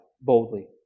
boldly